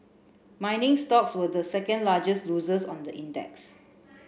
mining stocks were the second largest losers on the index